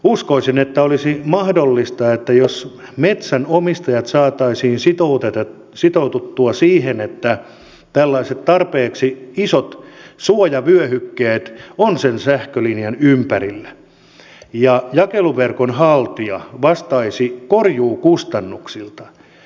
uskoisin että olisi mahdollista että metsänomistajat saataisiin sitoutettua siihen että tällaiset tarpeeksi isot suojavyöhykkeet on sen sähkölinjan ympärillä ja jakeluverkon haltija vastaisi korjuukustannuksista